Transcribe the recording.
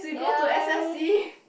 ya